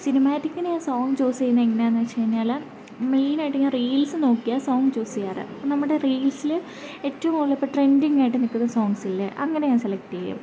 സിനിമാറ്റിക്കിന് ഞാൻ song choose ചെയ്യുന്നത് എങ്ങനാന്നു വെച്ചു കഴിഞ്ഞാൽ മെയിനായിട്ട് ഞാൻ റീൽസ് നോക്കിയാണ് സോങ്ങ് ചൂസ് ചെയ്യാറ് നമ്മുടെ റീൽസിൽ ഏറ്റവും കൂടുതലിപ്പം ട്രെൻറ്റിങ്ങായിട്ടു നിൽക്കുന്ന സോങ്ങ്സില്ലേ അങ്ങനെ ഞാൻ സെലക്റ്റ് ചെയ്യും